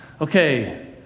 okay